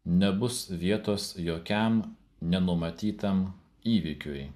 nebus vietos jokiam nenumatytam įvykiui